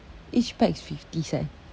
each pack is fifty cent